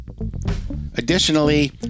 Additionally